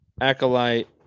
Acolyte